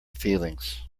feelings